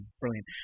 brilliant